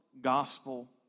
gospel